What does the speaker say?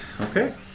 Okay